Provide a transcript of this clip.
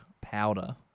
Powder